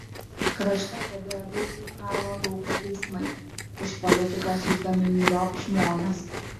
krašte pradėjo veikti karo lauko teismai už politiką siųsdami myriop žmones